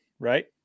right